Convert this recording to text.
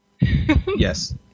Yes